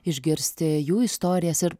išgirsti jų istorijas ir